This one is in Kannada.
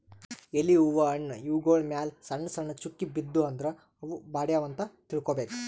ಎಲಿ ಹೂವಾ ಹಣ್ಣ್ ಇವ್ಗೊಳ್ ಮ್ಯಾಲ್ ಸಣ್ಣ್ ಸಣ್ಣ್ ಚುಕ್ಕಿ ಬಿದ್ದೂ ಅಂದ್ರ ಅವ್ ಬಾಡ್ಯಾವ್ ಅಂತ್ ತಿಳ್ಕೊಬೇಕ್